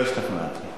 לא השתכנעתי.